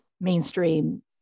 mainstream